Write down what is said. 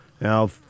Now